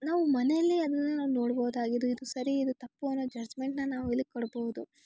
ನಾವು ಮನೇಲಿ ಅದನ್ನು ನೋಡ್ಬೌದಾಗಿದ್ದು ಇದು ಸರಿ ಇದು ತಪ್ಪು ಅನ್ನೋ ಜಡ್ಜ್ಮೆಂಟ್ನ ನಾವು ಇಲ್ಲಿ ಕೊಡ್ಬೌದು